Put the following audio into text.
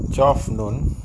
twelve noon